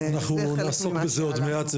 אנחנו נעסוק בזה עוד מעט.